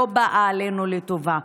לא באה עלינו לטובה.